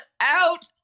out